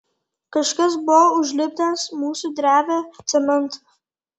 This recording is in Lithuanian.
kažkas buvo užlipdęs mūsų drevę cementu